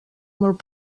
molt